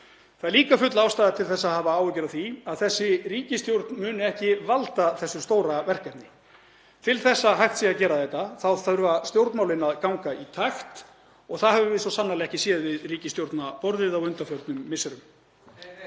Það er líka full ástæða til að hafa áhyggjur af því að þessi ríkisstjórn muni ekki valda þessu stóra verkefni. Til að hægt sé að gera þetta þá þurfa stjórnmálin að ganga í takt og það höfum við svo sannarlega ekki séð við ríkisstjórnarborðið á undanförnum misserum.